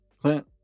Clint